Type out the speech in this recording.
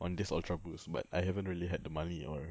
on this ultraboost but I haven't really had the money or